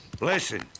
Listen